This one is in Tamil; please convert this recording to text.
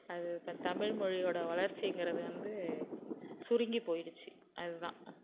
அது இப்போ தமிழ்மொழியோடய வளர்ச்சிங்கிறது வந்து சுருங்கி போய்டிச்சி அது தான்